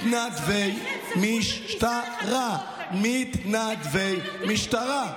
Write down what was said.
מתנדבי משטרה, מתנדבי משטרה.